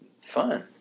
fun